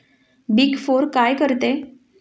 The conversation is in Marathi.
बिग फोर काय करते?